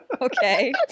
okay